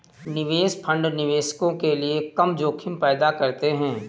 निवेश फंड निवेशकों के लिए कम जोखिम पैदा करते हैं